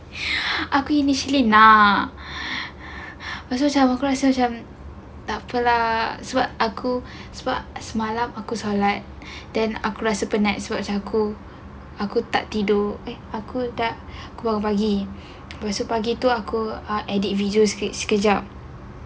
aku ini sleep nak masa tu macam aku rasa macam tak apa lah sebab aku sebab semalam aku solat then aku rasa penat sebab aku aku tak tidur eh aku dah bangun pagi lepas tu pagi itu aku edit video sikit sekejap